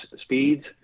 speeds